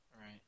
Right